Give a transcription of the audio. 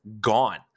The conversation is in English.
gone